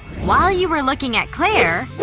while you were looking at clair,